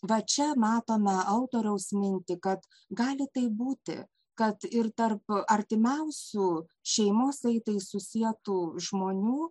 va čia matome autoriaus mintį kad gali taip būti kad ir tarp artimiausių šeimos saitais susietų žmonių